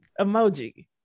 emoji